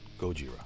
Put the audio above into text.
Gojira